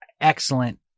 excellent